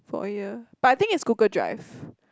for a year but I think it's Google Drive